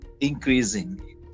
increasing